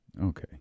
Okay